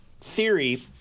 theory